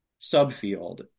subfield